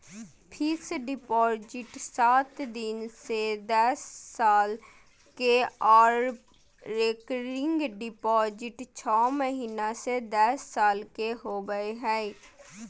fixed deposit सात दिन से दस साल के आर रेकरिंग डिपॉजिट छौ महीना से दस साल के होबय हय